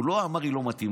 הוא לא אמר: היא לא מתאימה.